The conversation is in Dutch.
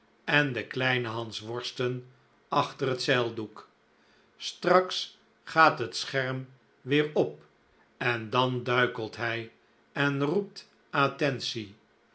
en de kleine hansworsten achter het zeildoek straks gaat het scherm weer op en dan duikelt hij en roept attentie